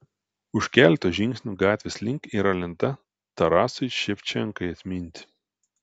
už keleto žingsnių gatvės link yra lenta tarasui ševčenkai atminti